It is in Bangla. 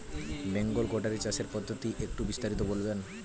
বেঙ্গল গোটারি চাষের পদ্ধতি একটু বিস্তারিত বলবেন?